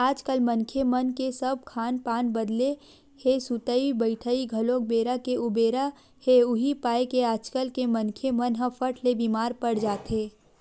आजकल मनखे मन के सब खान पान बदले हे सुतई बइठई घलोक बेरा के उबेरा हे उहीं पाय के आजकल के मनखे मन ह फट ले बीमार पड़ जाथे